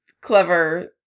clever